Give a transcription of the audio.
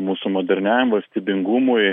mūsų moderniajam valstybingumui